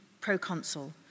proconsul